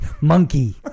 Monkey